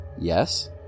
Yes